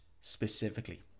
specifically